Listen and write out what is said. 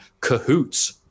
cahoots